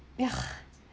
ya